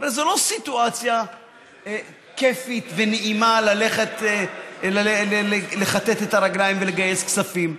הרי זו לא סיטואציה כיפית ונעימה ללכת לכתת את הרגליים ולגייס כספים.